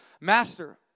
Master